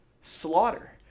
slaughter